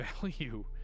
value